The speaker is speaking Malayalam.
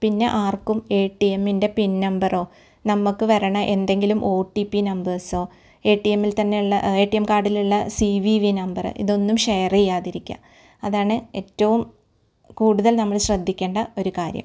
പിന്നെ ആർക്കും ഏടിഎമ്മിൻ്റെ പിൻ നമ്പറോ നമ്മൾക്ക് വരുന്ന എന്തെങ്കിലും ഓടീപ്പീ നമ്പേഴ്സോ ഏടിഎമ്മിൽ തന്നെ ഉള്ള ഏട്ടീഎം കാർഡിലുളള സീവീവി നമ്പറ് ഇതൊന്നും ഷെയർ ചെയ്യാതിരിക്കുക അതാണ് ഏറ്റവും കൂട്തൽ നമ്മൾ ശ്രദ്ധിക്കേണ്ട ഒരു കാര്യം